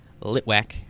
Litwack